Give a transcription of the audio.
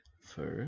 first